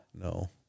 No